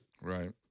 right